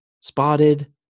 spotted